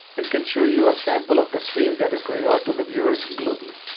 it can show you a sample of the stream that is going out to the viewers globally.